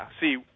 see